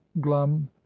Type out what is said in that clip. glum